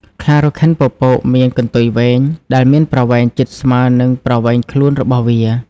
ខ្លារខិនពពកមាន កន្ទុយវែង ដែលមានប្រវែងជិតស្មើនឹងប្រវែងខ្លួនរបស់វា។